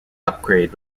upgrade